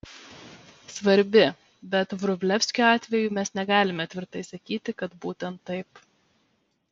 svarbi bet vrublevskio atveju mes negalime tvirtai sakyti kad būtent taip